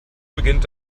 beginnt